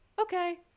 okay